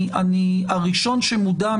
אני הראשון שמודע,